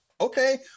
okay